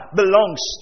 belongs